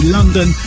London